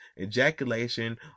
Ejaculation